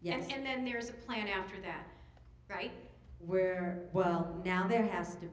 yes and then there's a plan after that right where well now there has to